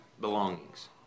belongings